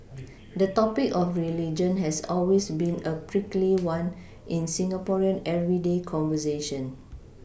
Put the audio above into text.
the topic of religion has always been a prickly one in Singaporean everyday conversation